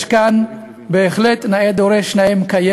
יש כאן בהחלט נאה דורש נאה מקיים.